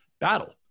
battle